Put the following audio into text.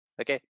okay